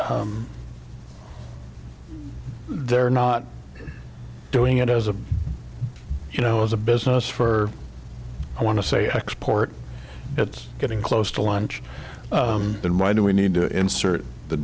they're not doing it as a you know as a business for i want to say export it's getting close to lunch then why do we need to insert the